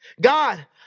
God